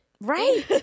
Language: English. Right